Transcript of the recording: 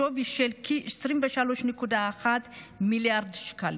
בשווי של כ-23.1 מיליארד שקלים,